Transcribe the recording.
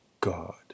God